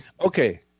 Okay